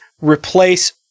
replace